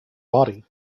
body